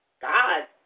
God